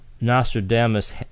Nostradamus